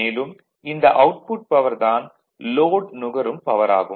மேலும் இந்த output power தான் லோட் நுகரும் பவர் ஆகும்